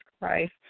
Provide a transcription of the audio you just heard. Christ